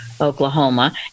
Oklahoma